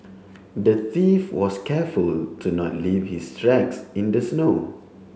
the thief was careful to not leave his tracks in the snow